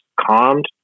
calmed